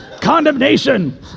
Condemnation